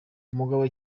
umugabo